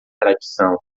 tradição